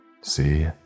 See